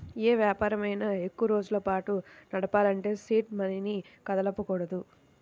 యే వ్యాపారమైనా ఎక్కువరోజుల పాటు నడపాలంటే సీడ్ మనీని కదపకూడదు